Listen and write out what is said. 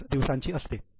5 दिवसांची असते